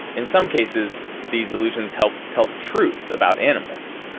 in some cases, these illusions help tell the truth about animals,